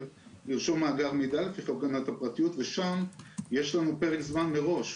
לרשום מאגר מידע לפי חוק הגנת הפרטיות ושם יש לנו פרק זמן מראש,